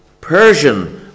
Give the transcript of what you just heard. Persian